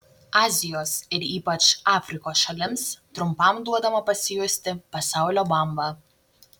azijos ir ypač afrikos šalims trumpam duodama pasijusti pasaulio bamba